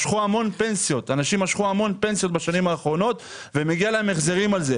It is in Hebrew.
משכו המון פנסיות בשנים האחרונות ומגיע להם החזרים על כך.